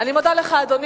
אני מודה לך, אדוני.